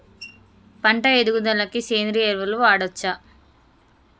పంట ఎదుగుదలకి సేంద్రీయ ఎరువులు వాడచ్చా?